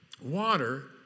water